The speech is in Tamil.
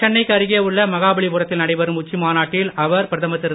சென்னைக்கு அருகே உள்ள மகாபலிபுரத்தில் நடைபெறும் உச்சி மாநாட்டில் அவர் பிரதமர் திரு